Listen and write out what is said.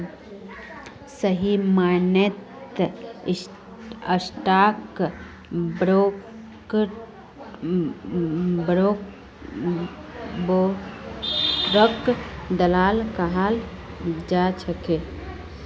सही मायनेत स्टाक ब्रोकरक दलाल कहाल जा छे